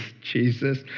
Jesus